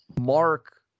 Mark